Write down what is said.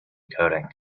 coding